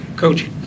Coach